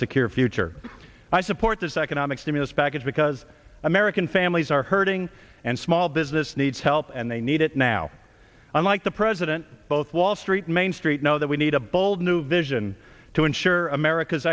secure future i support this economic stimulus package because american families are hurting and small business needs help and they need it now unlike the president both wall street and main street know that we need a bold new vision to ensure america's